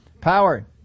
power